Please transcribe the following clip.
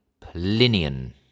Plinian